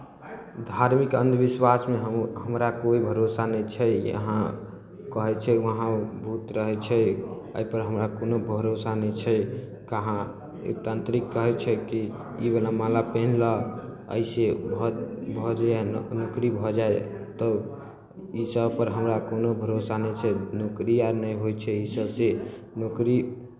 धार्मिक अन्धविश्वासमे हम हमरा कोइ भरोसा नहि छै यहाँ कहै छै वहाँ भूत रहै छै एहिपर हमरा कोनो भरोसा नहि छै कहाँ एक तान्त्रिक कहै छै कि ईवला माला पहिन लह एहिसँ भऽ भऽ जानि नौकरी भऽ जाय तऽ इसभपर हमरा कोनो भरोसा नहि छै नौकरी आर नहि होइ छै इसभसँ नौकरी